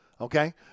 okay